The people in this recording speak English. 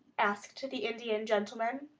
asked the indian gentleman.